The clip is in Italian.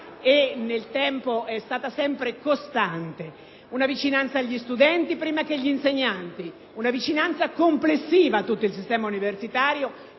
e nel tempo e stata sempre costante. Una vicinanza agli studenti prima che agli insegnanti, una vicinanza complessiva a tutto il sistema universitario